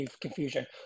confusion